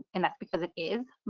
and that's because it is.